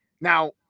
Now